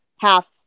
half